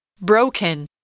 broken